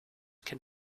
can